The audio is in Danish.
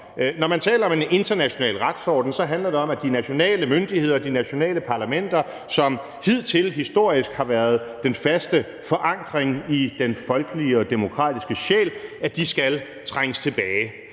Når man taler om en international retsorden, så handler det om, at de nationale myndigheder og de nationale parlamenter, som hidtil historisk har været den faste forankring i den folkelige og demokratiske sjæl, skal trænges tilbage